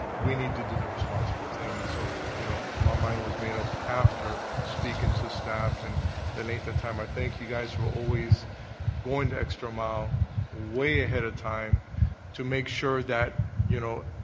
we need to do the responsible thing, and so, you know, my mind was made up after speaking to staff and the length of time. i thank you guys for always going the extra mile way ahead of time to make sure that, you know,